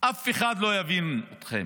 אף אחד לא יבין אתכם.